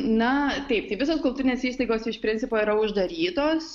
na taip tai visos kultūrinės įstaigos iš principo yra uždarytos